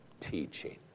teaching